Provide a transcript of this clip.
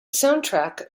soundtrack